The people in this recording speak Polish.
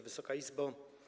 Wysoka Izbo!